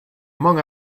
among